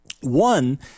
One